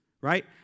Right